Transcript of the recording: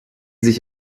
sich